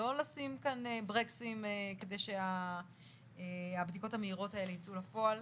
לא לשים כאן ברקסים כדי שהבדיקות המהירות האלה ייצאו לפועל,